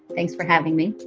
thanks for having me.